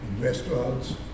restaurants